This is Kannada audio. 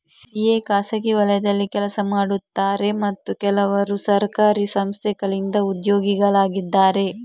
ಸಿ.ಎ ಖಾಸಗಿ ವಲಯದಲ್ಲಿ ಕೆಲಸ ಮಾಡುತ್ತಾರೆ ಮತ್ತು ಕೆಲವರು ಸರ್ಕಾರಿ ಸಂಸ್ಥೆಗಳಿಂದ ಉದ್ಯೋಗಿಗಳಾಗಿದ್ದಾರೆ